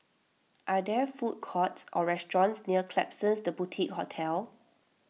are there food courts or restaurants near Klapsons the Boutique Hotel